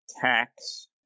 Tax